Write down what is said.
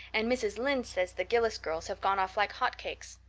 and mrs. lynde says the gillis girls have gone off like hot cakes.